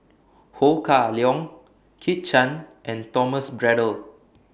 Ho Kah Leong Kit Chan and Thomas Braddell